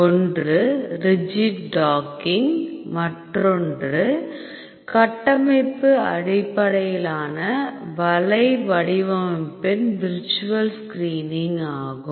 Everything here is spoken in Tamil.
ஒன்று ரிஜிட் டாக்கிங் மற்றொன்று கட்டமைப்பு அடிப்படையிலான வலை வடிவமைப்பின் விர்ச்சுவல் ஸ்கிரீனிங் ஆகும்